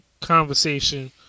conversation